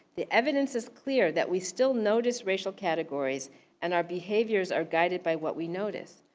the evidence is clear that we still notice racial categories and our behaviours are guided by what we notice.